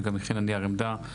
שגם הכינה נייר עמדה.